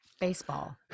Baseball